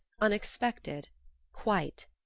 unexpected—quite